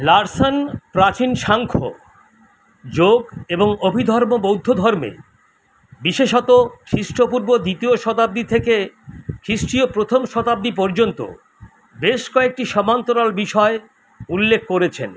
Larsen প্রাচীন সাংখ্য যোগ এবং অভিধর্ম বৌদ্ধ ধর্মে বিশেষত খ্রিষ্টপূর্ব দ্বিতীয় শতাব্দী থেকে খ্রিষ্টীয় প্রথম শতাব্দী পর্যন্ত বেশ কয়েকটি সমান্তরাল বিষয় উল্লেখ করেছেন